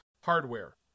Hardware